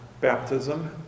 baptism